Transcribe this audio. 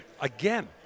Again